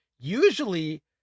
Usually